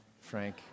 Frank